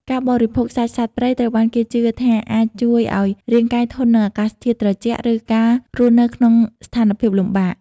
ការបរិភោគសាច់សត្វព្រៃត្រូវបានគេជឿថាអាចជួយឱ្យរាងកាយធន់នឹងអាកាសធាតុត្រជាក់ ឬការរស់នៅក្នុងស្ថានភាពលំបាក។